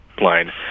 line